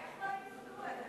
איך לא ניצלו את זה במשרד הרווחה?